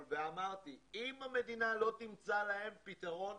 ואמרתי שאם המדינה לא תמצא להם פתרון,